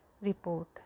report